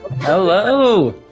Hello